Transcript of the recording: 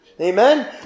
Amen